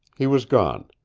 he was gone.